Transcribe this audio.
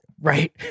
Right